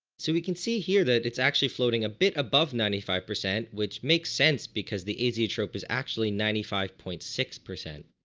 so we can see here that it's actually floating a bit above ninety five percent which makes sense because the azeotrope is actually ninety five point six percent.